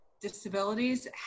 disabilities